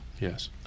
Yes